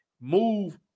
move